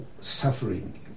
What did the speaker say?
suffering